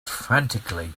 frantically